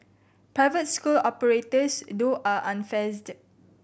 private school operators though are unfazed